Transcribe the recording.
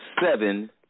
seven